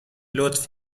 لطف